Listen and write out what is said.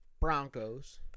Broncos